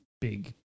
big